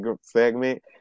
segment